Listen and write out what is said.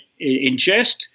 ingest